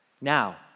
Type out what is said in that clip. Now